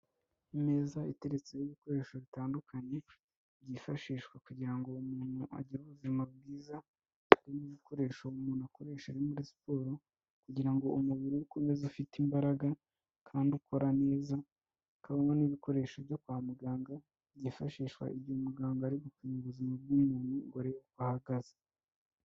Imeza iteretseho ibikoresho bitandukanye, byifashishwa kugira ngo uwo muntu agire ubuzima bwiza, harimo ibikoresho umuntu akoresha ari muri siporo, kugira ngo umubiri we ukomeze ufite imbaraga kandi ukora neza, hakaba n'ibikoresho byo kwa muganga byifashishwa igihe muganga ari gupima ubuzima bw'umuntu ngo arebe uko buhagaze.